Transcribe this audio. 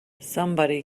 somebody